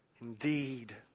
indeed